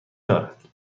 دارد